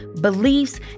beliefs